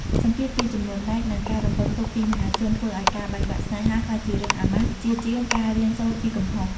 សម្ពាធពី "ចំនួន Like" និងការរំពឹងទុកពីមហាជន ធ្វើឱ្យការបែកបាក់ស្នេហាក្លាយជារឿងអាម៉ាស់ ជាជាងការរៀនសូត្រពីកំហុស។